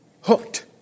hooked